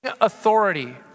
authority